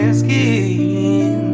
skin